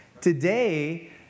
Today